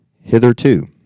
hitherto